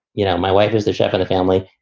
you know, my wife is the chef at the family.